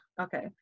Okay